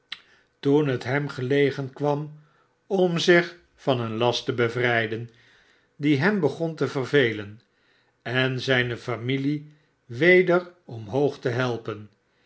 toen het hem gelegen kwam om zich van een last te bevrijden die hem begon te vervelen en zijne famine weder omhoog te helpen